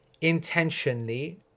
intentionally